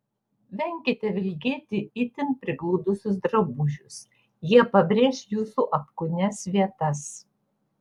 venkite vilkėti itin prigludusius drabužius jie pabrėš jūsų apkūnias vietas